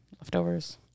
leftovers